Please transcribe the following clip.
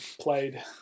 played